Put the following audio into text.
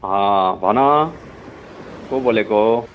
भन को बोलेको हो